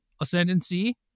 Ascendancy